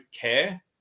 care